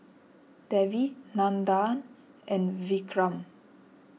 Devi Nandan and Vikram